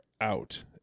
out